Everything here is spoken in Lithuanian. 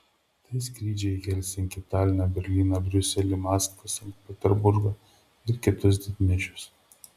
tai skrydžiai į helsinkį taliną berlyną briuselį maskvą sankt peterburgą ir kitus didmiesčius